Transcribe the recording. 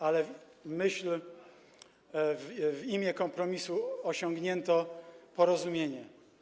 Ale w myśl, w imię kompromisu osiągnięto porozumienie.